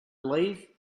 lathe